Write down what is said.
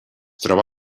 troba